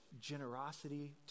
generosity